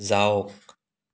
যাওক